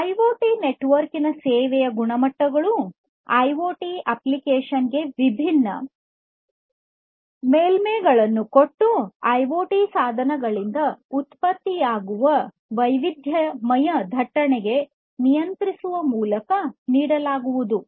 IoT network ನ ಸೇವೆಯ ಗುಣಮಟ್ಟಗಳು ಐಒಟಿ ಅಪ್ಲಿಕೇಶನ್ ಗೆ ವಿಭಿನ್ನ ಮೇಲ್ಮೈಗಳನ್ನು ಕೊಟ್ಟು ಐಒಟಿ ಸಾಧನಗಳಿಂದ ಉತ್ಪತ್ತಿಯಾಗುವ ವೈವಿಧ್ಯಮಯ ದಟ್ಟಣೆ ನಿಯಂತ್ರಿಸುವುದರ ಮೂಲಕ ನೀಡಲಾಗುವುದು